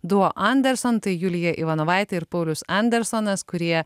duo anderson tai julija ivanovaitė ir paulius andersonas kurie